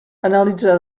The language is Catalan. analitza